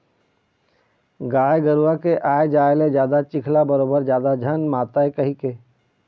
गाय गरूवा के आए जाए ले जादा चिखला बरोबर जादा झन मातय कहिके